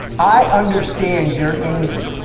i understand you're angry